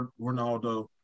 Ronaldo